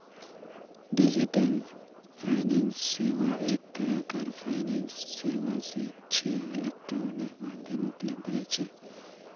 digital finance सेवा एक तरह कार फाइनेंस सेवा छे इलेक्ट्रॉनिक माध्यमत उपलब्ध रह छे